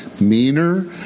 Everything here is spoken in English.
meaner